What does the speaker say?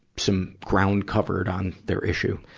some ground covered on their issue?